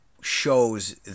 shows